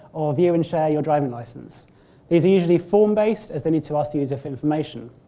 or view and share your driving licence. it is usually form based as they need to ask the user for information.